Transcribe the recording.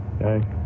Okay